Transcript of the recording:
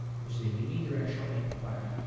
which is a unidirectional amplifier,